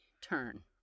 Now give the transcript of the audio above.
turn